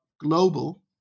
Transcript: global